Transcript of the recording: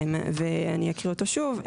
ואני אקריא אותו שוב.